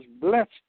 blessed